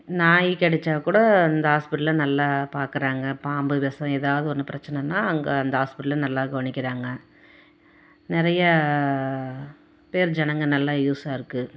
நாய் கடிச்சால் கூட இந்த ஹாஸ்பிட்டல்ல நல்லா பார்க்கறாங்க பாம்பு விசம் ஏதாவது ஒன்று பிரச்சனைன்னா அங்கே அந்த ஹாஸ்பிடல்ல நல்லா கவனிக்கிறாங்க நிறைய பேர் ஜனங்கள் நல்லா யூஸாக இருக்குது